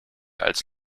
als